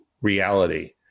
reality